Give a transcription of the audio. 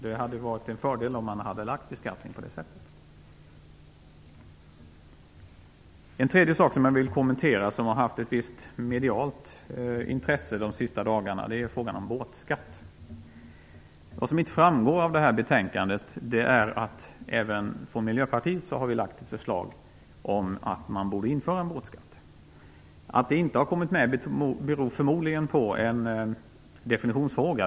Det hade varit en fördel om man hade lagt beskattningen på det sättet. En tredje fråga som jag vill kommentera, som har rönt ett visst medialt intresse de senaste dagarna, är frågan om båtskatt. Vad som inte framgår av betänkandet är att vi även från Miljöpartiet har lagt fram ett förslag om att man borde införa en båtskatt. Att det inte har kommit med beror förmodligen på en definitionsfråga.